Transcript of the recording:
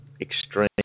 extreme